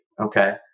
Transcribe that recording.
okay